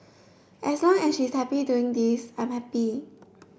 as long as she is happy doing this I'm happy